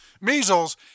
measles